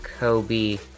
Kobe